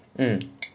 mm